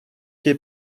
quay